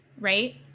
right